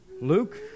Luke